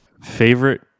Favorite